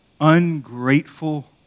ungrateful